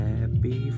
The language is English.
Happy